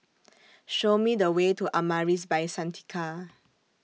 Show Me The Way to Amaris By Santika